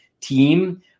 team